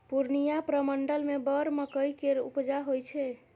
पूर्णियाँ प्रमंडल मे बड़ मकइ केर उपजा होइ छै